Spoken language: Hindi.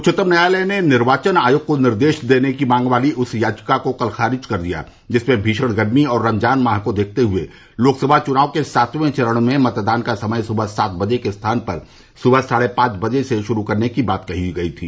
उच्चतम न्यायालय ने निर्वाचन आयोग को निर्देश देने की मांग वाली उस याचिका को कल खारिज कर दिया जिसमें भीषण गर्मी और रमजान माह को देखते हुए लोकसभा चुनाव के सातवें चरण में मतदान का समय सुबह सात बजे के स्थान पर सुबह साढ़े पांच बजे से शुरू करने की बात कही गई थी